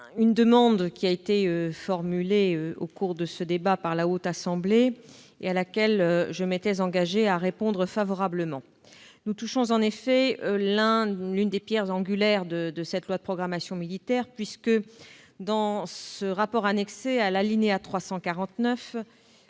une demande qui a été formulée au cours de ce débat par la Haute Assemblée et à laquelle je m'étais engagée à répondre favorablement. Nous touchons, en effet, à l'une des pierres angulaires de la présente loi de programmation militaire. Dans ce rapport annexé, à l'alinéa 349,